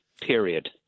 period